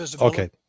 Okay